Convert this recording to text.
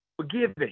forgiving